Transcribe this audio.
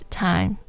time